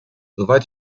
soweit